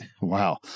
wow